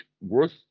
worth